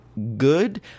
Good